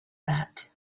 that